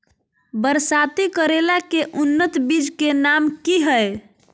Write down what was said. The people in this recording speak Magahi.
बरसाती करेला के उन्नत बिज के नाम की हैय?